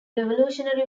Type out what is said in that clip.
revolutionary